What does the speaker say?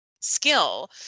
skill